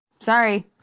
Sorry